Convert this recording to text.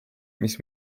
mis